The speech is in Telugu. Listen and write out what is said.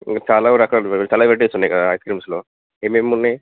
చాలా రకాలు ఉన్నాయి చాలా వెరైటీస్ ఉన్నాయి కదా ఐస్క్రీమ్స్లో ఏమేమి ఉన్నాయి